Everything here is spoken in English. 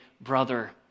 Brother